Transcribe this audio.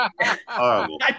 horrible